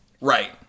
Right